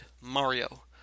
Mario